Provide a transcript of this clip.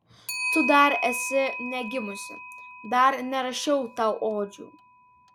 tu dar esi negimusi dar nerašiau tau odžių